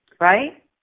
right